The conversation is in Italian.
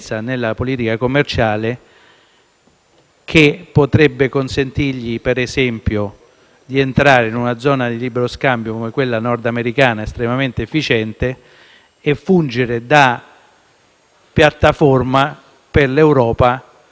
che potrebbe consentirgli, per esempio, di entrare in una zona di libero scambio, come quella nordamericana, estremamente efficiente, e di fungere da piattaforma per l'Europa in quel mercato.